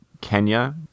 Kenya